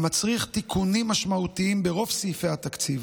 המצריך תיקונים משמעותיים ברוב סעיפי התקציב,